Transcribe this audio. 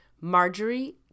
Marjorie